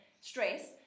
stress